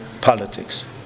politics